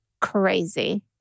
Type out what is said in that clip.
crazy